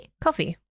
Coffee